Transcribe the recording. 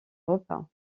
repas